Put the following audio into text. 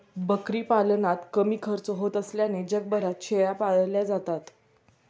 बकरी पालनात कमी खर्च होत असल्याने जगभरात शेळ्या पाळल्या जातात